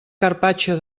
carpaccio